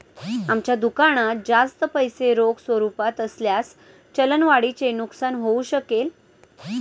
आमच्या दुकानात जास्त पैसे रोख स्वरूपात असल्यास चलन वाढीचे नुकसान होऊ शकेल